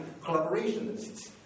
collaborationists